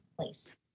place